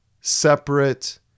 separate